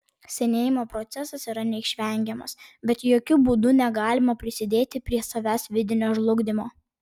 senėjimo procesas yra neišvengiamas bet jokiu būdu negalima prisidėti prie savęs vidinio žlugdymo